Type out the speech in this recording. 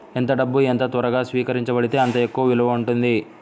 ఎంత డబ్బు ఎంత త్వరగా స్వీకరించబడితే అంత ఎక్కువ విలువ ఉంటుంది